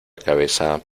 cabeza